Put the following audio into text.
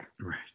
Right